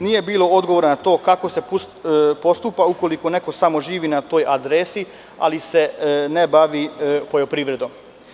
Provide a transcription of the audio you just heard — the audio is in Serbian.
Nije bilo odgovora na to kako se postupa ukoliko neko samo živi na toj adresi, ali se ne bavi poljoprivredom.